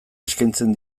eskaintzen